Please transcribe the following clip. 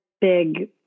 big